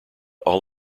all